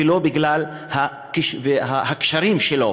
ולא בגלל הקשרים שלו.